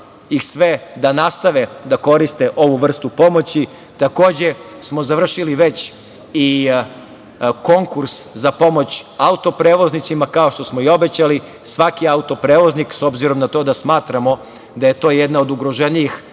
ih sve da nastave da koriste ovu vrstu pomoći. Takođe smo završili već i konkurs za pomoć autoprevoznicima, kao što smo i obećali, svaki auto prevoznik, s obzirom na to da smatramo da je to jedna od ugroženijih